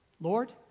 Lord